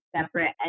separate